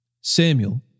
Samuel